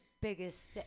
biggest